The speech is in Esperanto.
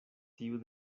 tiu